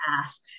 ask